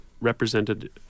represented